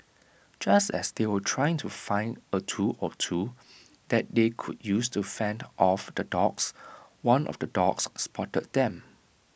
just as they were trying to find A tool or two that they could use to fend off the dogs one of the dogs spotted them